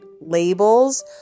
labels